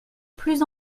plus